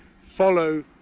follow